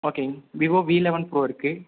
ஓகேங் Vivo V eleven pro இருக்குது